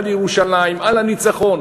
על ירושלים, על הניצחון.